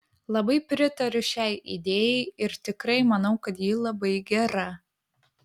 labai pritariu šiai idėjai ir tikrai manau kad ji labai gera